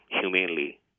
humanely